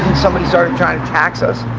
somebody started trying to tax us